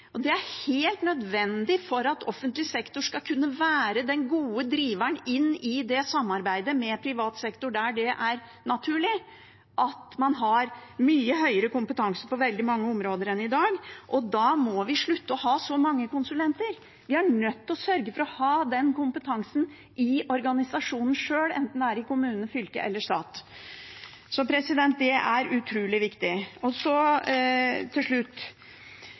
Det er helt nødvendig for at offentlig sektor skal kunne være den gode driveren i samarbeidet med privat sektor, der det er naturlig at man har mye høyere kompetanse på veldig mange områder enn i dag. Da må vi slutte å ha så mange konsulenter. Vi er nødt til å sørge for å ha kompetansen sjøl, i organisasjonen, enten det er i kommune, fylke eller stat. Det er utrolig viktig. Til slutt: Vi må ikke fjerne rettigheter til